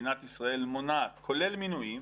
במדינת ישראל מונעת כולל מינויים,